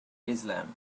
islam